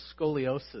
Scoliosis